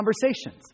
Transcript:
conversations